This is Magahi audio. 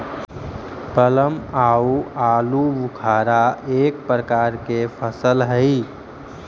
प्लम आउ आलूबुखारा एक प्रकार के फल हई